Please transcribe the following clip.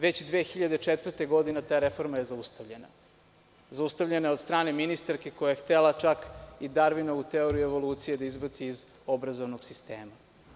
Već 2004. godine ta reforma je zaustavljena od strane ministarke koja je htela čak i Darvinovu teoriju evolucije da izbaci iz obrazovnog sistema.